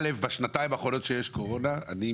בשנתיים האחרונות שהקורונה קיימת בהן,